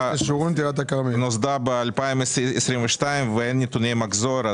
נוסדה ב-2022 ואין נתוני מחזור.